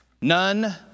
None